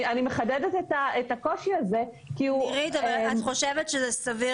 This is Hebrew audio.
אני מחדדת את הקושי הזה כי --- אבל את חושבת שזה סביר